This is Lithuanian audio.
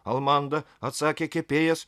almanda atsakė kepėjas